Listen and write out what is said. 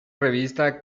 revista